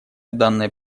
данной